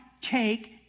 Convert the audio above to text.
take